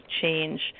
change